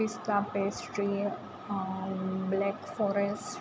પિસ્તા pastry black forest